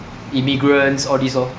immigrants all this orh